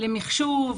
למחשוב,